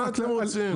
מה אתם רוצים?